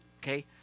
okay